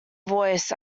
voice